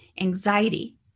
anxiety